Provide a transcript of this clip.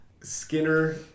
Skinner